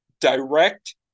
direct